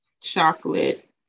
chocolate